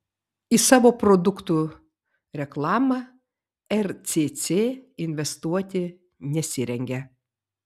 į savo produktų reklamą rcc investuoti nesirengia